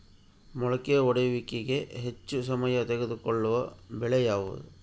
ಮೊಳಕೆ ಒಡೆಯುವಿಕೆಗೆ ಹೆಚ್ಚು ಸಮಯ ತೆಗೆದುಕೊಳ್ಳುವ ಬೆಳೆ ಯಾವುದು?